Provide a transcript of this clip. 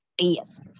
yes